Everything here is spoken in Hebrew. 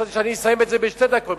חשבתי שאני אסיים את זה בשתי דקות,